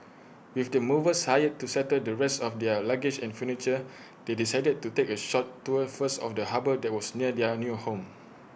with the movers hired to settle the rest of their luggage and furniture they decided to take A short tour first of the harbour that was near their new home